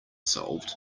solved